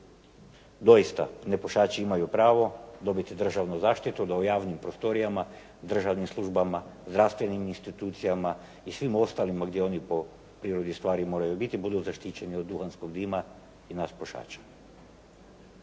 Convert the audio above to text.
Doista, nepušači imaju pravo dobiti državnu zaštitu da u javnim prostorijama, državnim službama, zdravstvenim institucijama i svim ostalima gdje oni po prirodi stvari moraju biti, budu zaštićeni od duhanskog dima i na pušača.